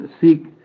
seek